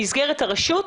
במסגרת הרשות,